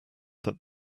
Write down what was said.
that